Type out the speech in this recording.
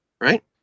right